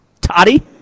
Toddy